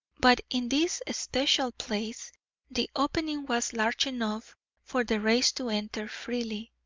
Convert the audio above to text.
but in this especial place the opening was large enough for the rays to enter freely.